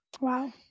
Wow